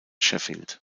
sheffield